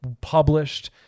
published